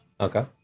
Okay